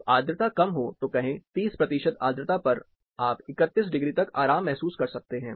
जब आर्द्रता कम हो तो कहें 30 प्रतिशत आर्द्रता पर तो आप 31 डिग्री तक आराम महसूस कर सकते हैं